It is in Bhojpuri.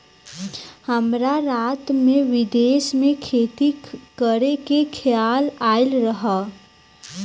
हमरा रात में विदेश में खेती करे के खेआल आइल ह